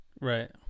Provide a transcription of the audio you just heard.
Right